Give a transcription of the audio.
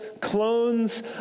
clones